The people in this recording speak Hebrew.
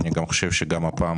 אני חושב שגם הפעם